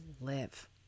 live